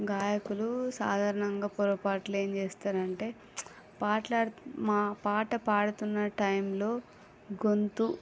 గాయకులు సాధారణంగా పొరపాటులు ఏంచేస్తారంటే పాట్లాడుతు పాట పాడుతున్న టైమ్లో గొంతు